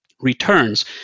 returns